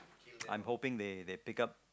I'm hoping they they take up